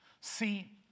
See